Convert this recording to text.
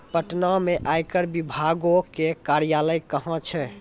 पटना मे आयकर विभागो के कार्यालय कहां छै?